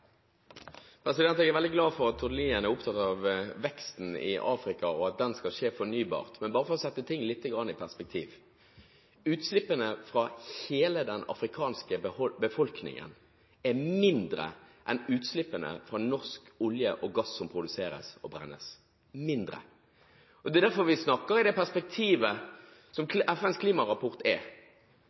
oppfølgingsspørsmål. Jeg er veldig glad for at Tord Lien er opptatt av veksten i Afrika, og at den skal skje fornybart. Men bare for å sette ting litt i perspektiv: Utslippene fra hele den afrikanske befolkningen er mindre enn utslippene fra norsk olje og gass som produseres og brennes – mindre. Det er derfor vi snakker i det perspektivet som FNs klimarapport